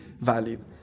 valid